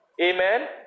Amen